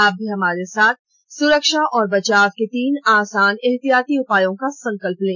आप भी हमारे साथ सुरक्षा और बचाव के तीन आसान एहतियाती उपायों का संकल्प लें